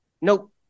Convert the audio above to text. Nope